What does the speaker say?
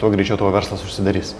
tuo greičiau tavo verslas užsidarys